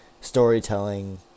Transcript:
storytelling